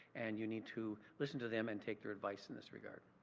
and you need to listen to them and take their advice in this regard.